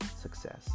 success